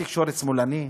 התקשורת שמאלנית?